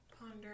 ponder